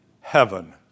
heaven